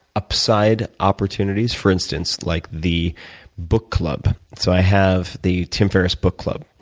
upside opportunities, for instance, like the book club. so i have the tim ferriss book club.